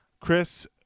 chris